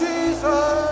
Jesus